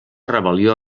rebel·lió